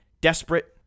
Desperate